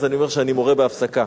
אני אומר שאני מורה בהפסקה.